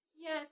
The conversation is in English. Yes